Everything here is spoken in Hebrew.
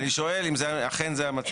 אז אני שואל אם אכן זה המצב.